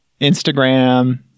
Instagram